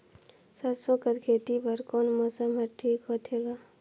सरसो कर खेती बर कोन मौसम हर ठीक होथे ग?